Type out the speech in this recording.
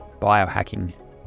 biohacking